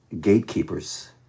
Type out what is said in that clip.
gatekeepers